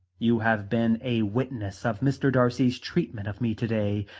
you have been a witness of mr. darcy's treatment of me to-day,